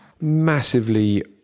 Massively